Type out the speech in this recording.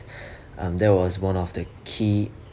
um that was one of the key